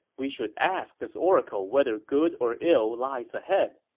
we should ask this oracle whether good or ill lies ahead.